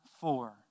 four